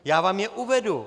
Já vám je uvedu.